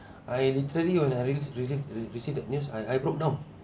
I literally on having received received the news I I broke down